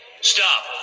Stop